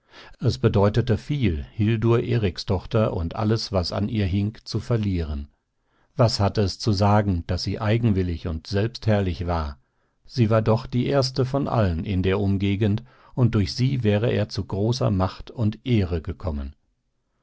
es bedeutete viel hildur erikstochter und alles was an ihr hing zu verlieren was hatte es zu sagen daß sie eigenwillig und selbstherrlich war sie war doch die erste von allen in der umgegend und durch sie wäre er zu großer macht und ehre gekommen